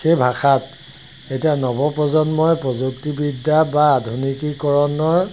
সেই ভাষাত এতিয়া নৱপ্ৰজন্মই প্ৰযুক্তিবিদ্যা বা আধুনিকীকৰণৰ